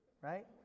right